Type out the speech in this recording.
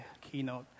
keynote